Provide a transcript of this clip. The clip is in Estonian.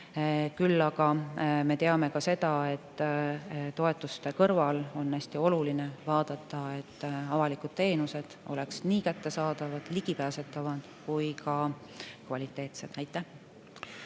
Küll aga me teame ka seda, et toetuste kõrval on hästi oluline vaadata, et avalikud teenused oleksid nii kättesaadavad, ligipääsetavad kui ka kvaliteetsed. Aitäh!